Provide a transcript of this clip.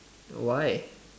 why